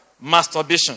masturbation